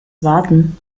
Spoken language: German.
warten